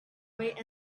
wait